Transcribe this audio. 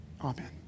Amen